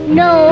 no